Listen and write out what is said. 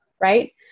right